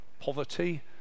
poverty